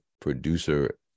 producer